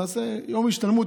נעשה יום השתלמות,